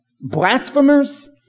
blasphemers